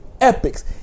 epics